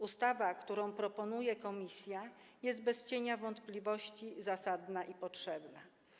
Ustawa, którą proponuje komisja, jest bez cienia wątpliwości zasadna i potrzebna.